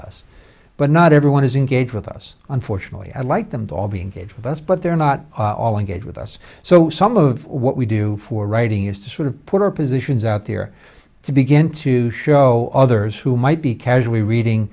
us but not everyone is engaged with us unfortunately i like them all being with us but they're not all engaged with us so some of what we do for writing is to sort of put our positions out there to begin to show others who might be casually reading